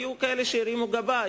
היו כאלה שהרימו גבה,